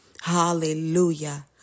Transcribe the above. Hallelujah